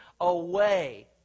away